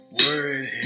word